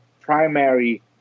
primary